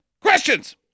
Questions